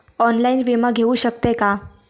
Online विमा घेऊ शकतय का?